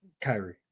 Kyrie